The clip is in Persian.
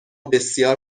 بسیار